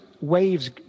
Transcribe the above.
waves